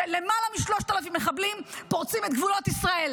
שלמעלה מ-3,000 מחבלים פורצים את גבולות ישראל.